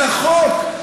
זה החוק,